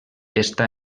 està